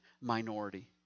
minority